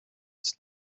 des